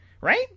Right